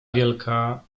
wielka